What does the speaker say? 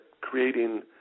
creating